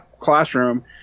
classroom